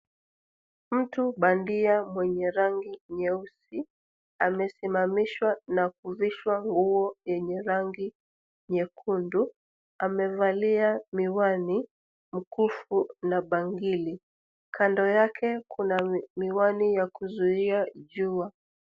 Mtu bandia mwenye rangi nyeusi, amesimamishwa na kuvishwa nguo yenye rangi nyekundu, amevalia miwani, mkufu, na bangili. Kando yake kuna miwani ya kuzuia jua.